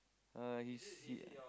uh he's see